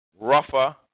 Rougher